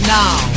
now